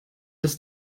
dass